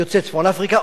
יוצאי צפון-אפריקה,